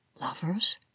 Lovers